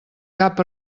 cap